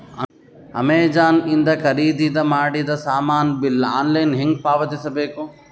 Amazon ಇಂದ ಖರೀದಿದ ಮಾಡಿದ ಸಾಮಾನ ಬಿಲ್ ಆನ್ಲೈನ್ ಹೆಂಗ್ ಪಾವತಿಸ ಬೇಕು?